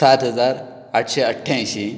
सात हजार आठशें अठ्ठ्यांयशीं